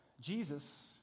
Jesus